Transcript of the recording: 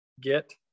Get